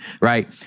right